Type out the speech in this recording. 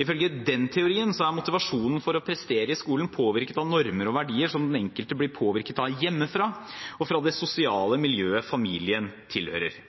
Ifølge den teorien er motivasjonen for å prestere i skolen påvirket av normer og verdier som den enkelte blir påvirket av hjemmefra og fra det sosiale miljøet familien tilhører.